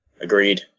Agreed